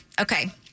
Okay